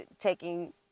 taking